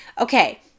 okay